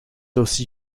aussi